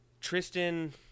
Tristan